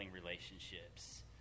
relationships